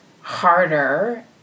harder